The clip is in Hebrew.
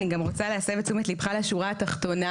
אני גם רוצה להסב את תשומת ליבך לשורה התחתונה,